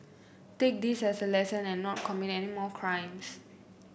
take this as a lesson and not commit any more crimes